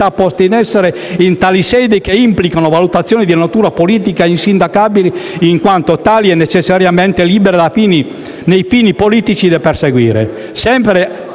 poste in essere in tali sedi, che implicano valutazioni di natura politica, insindacabili in quanto tali e necessariamente libere nei fini politici da perseguire.